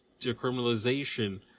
decriminalization